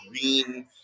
green